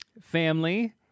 family